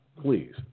Please